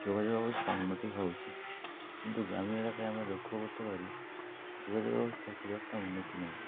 যোগাযোগ ব্যবস্থার উন্নতি হওয়া উচিত কিন্তু গ্রামীণ এলাকায় আমরা লক্ষ্য করতে পারি যোগাযোগ ব্যবস্থা খুব একটা উন্নত নয়